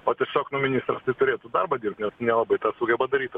o tiesiog nu ministras turėtų darbą dirbt nes nelabai tą sugeba daryt